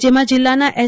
જેમાં જિલ્લાના એસ